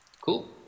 cool